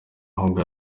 ahubwo